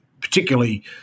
particularly